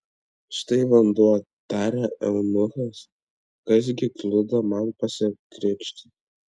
štai vanduo tarė eunuchas kas gi kliudo man pasikrikštyti